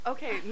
Okay